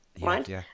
right